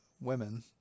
women